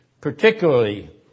particularly